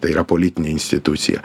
tai yra politinė institucija